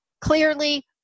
clearly